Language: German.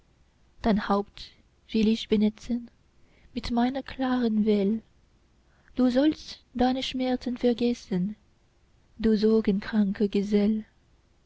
dein haupt will ich benetzen mit meiner klaren well du sollst deine schmerzen vergessen du sorgenkranker gesell